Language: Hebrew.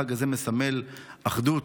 החג הזה מסמל אחדות.